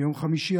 ביום חמישי,